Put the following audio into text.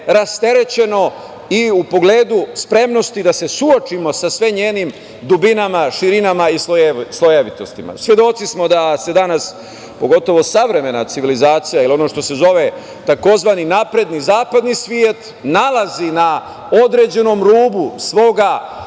rasterećeno i u pogledu spremnosti da se suočimo sa sve njenim dubinama, širinama i slojevitostima. Svedoci smo da se danas, pogotovo savremena civilizacija, i ono što se zove tzv. napredni, zapadni svet, nalazi na određenom rubu svoga